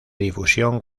difusión